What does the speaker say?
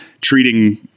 treating